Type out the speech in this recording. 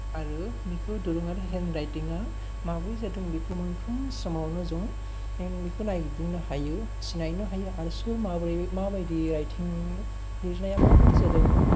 आरो बिखौ दोरोङारि हेनदराइथिंआ माब्रै जादों बेखौबो मोनफ्रोम समावनो जों बिखौ नायदिंनो हायो सिनायनो हायो आरो सोर माब्रै माबादि राइथिं लिरनाया माबादि जादों